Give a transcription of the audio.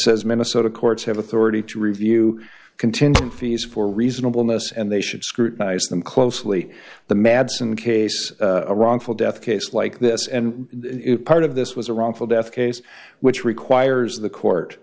says minnesota courts have authority to review contingent fees for reasonable mess and they should scrutinize them closely the madsen case a wrongful death case like this and it part of this was a wrongful death case which requires the court